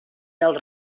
del